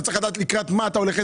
אתם צריכים לדעת לקראת מה אתה הולך,